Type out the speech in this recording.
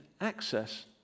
access